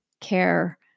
care